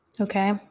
okay